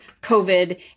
COVID